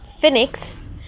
phoenix